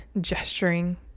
gesturing